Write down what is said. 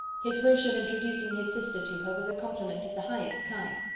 his wish of introducing his sister to her was a compliment of the highest kind.